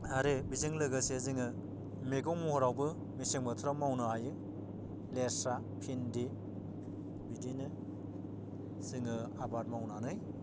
आरो बेजों लोगोसे जोङो मैगं महरावबो मेसें बोथोराव मावनो हायो लेस्रा पिन्दि बिदिनो जोङो आबाद मावनानै